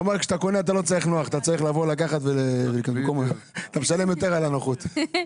הוא צריך בפעם הראשונה לבוא ולהגדיר מי בדיוק האחראי